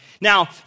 Now